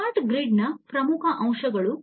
ಇವು smart grid ನ ಪ್ರಮುಖ ಅಂಶಗಳು